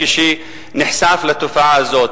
כשהוא נחשף לתופעה הזאת.